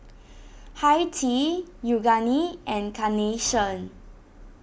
Hi Tea Yoogane and Carnation